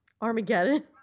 Armageddon